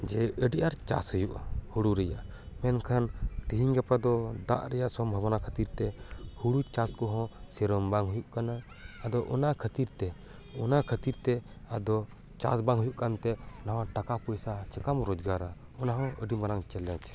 ᱡᱮ ᱟᱹᱰᱤ ᱟᱹᱴ ᱪᱟᱥ ᱦᱩᱭᱩᱜᱼᱟ ᱦᱩᱲᱩ ᱨᱮᱭᱟᱜ ᱢᱮᱱᱠᱷᱟᱱ ᱛᱤᱦᱤᱧ ᱜᱟᱯᱟ ᱫᱚ ᱫᱟᱜ ᱨᱮᱭᱟᱜ ᱥᱚᱵᱷᱚᱵ ᱚᱱᱟ ᱠᱷᱟᱹᱛᱤᱨ ᱛᱮ ᱦᱩᱲᱩ ᱪᱟᱥ ᱠᱚᱦᱚᱸ ᱥᱮᱨᱚᱢ ᱵᱟᱝ ᱦᱩᱭᱩᱜ ᱠᱟᱱᱟ ᱟᱫᱚ ᱚᱱᱟ ᱠᱷᱟᱹᱛᱤᱨ ᱛᱮ ᱚᱱᱟ ᱠᱷᱟᱹᱛᱤᱨ ᱛᱮ ᱟᱫᱚ ᱪᱟᱥ ᱵᱟᱝ ᱦᱩᱭᱩᱜ ᱠᱟᱱ ᱛᱮ ᱱᱟᱣᱟ ᱴᱟᱠᱟ ᱯᱚᱭᱥᱟ ᱪᱮᱠᱟᱢ ᱨᱚᱡᱜᱟᱨᱟ ᱚᱱᱟ ᱦᱚᱸ ᱟᱹᱰᱤ ᱢᱟᱨᱟᱝ ᱪᱮᱞᱮᱧᱡ